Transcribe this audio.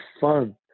fun